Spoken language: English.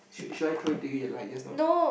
should should I throw it to you like just now